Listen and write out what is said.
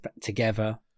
together